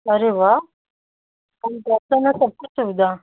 अरे वाह कम पैसे मे सब कुछ होगा